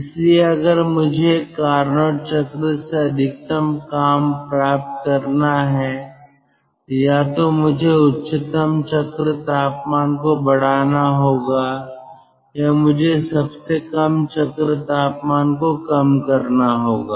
इसलिए अगर मुझे एक कारनोट चक्र से अधिकतम काम प्राप्त करना है तो या तो मुझे उच्चतम चक्र तापमान को बढ़ाना होगा या मुझे सबसे कम चक्र तापमान को कम करना होगा